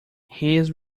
his